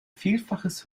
vielfaches